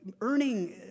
earning